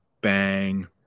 bang